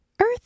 earth